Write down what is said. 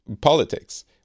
politics